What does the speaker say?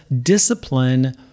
discipline